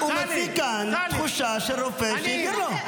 הוא מציג כאן תחושה של רופא שהעביר לו.